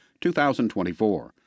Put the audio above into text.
2024